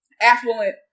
affluent